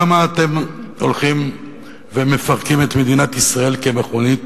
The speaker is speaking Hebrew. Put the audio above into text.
למה אתם הולכים ומפרקים את מדינת ישראל כמכונית